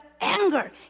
anger